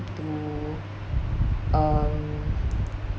to um